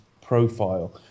profile